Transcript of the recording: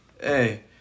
Hey